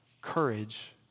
courage